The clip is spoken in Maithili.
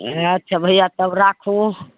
अच्छा भैया तब राखू